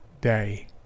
day